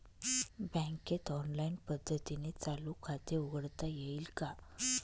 बँकेत ऑनलाईन पद्धतीने चालू खाते उघडता येईल का?